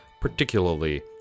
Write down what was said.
particularly